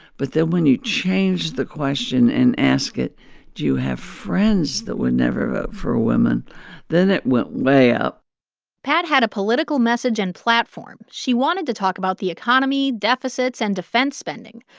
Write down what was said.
but then when you changed the question and ask it do you have friends that would never vote for a woman? then it went way up pat had a political message and platform. she wanted to talk about the economy, deficits and defense spending.